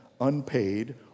unpaid